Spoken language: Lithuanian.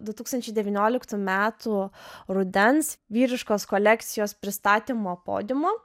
du tūkstančiai devyniokitų metų rudens vyriškos kolekcijos pristatymo podiumo